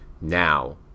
now